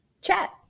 chat